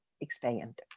expand